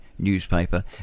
Newspaper